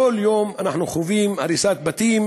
כל יום אנחנו חווים הריסת בתים,